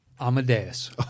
Amadeus